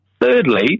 Thirdly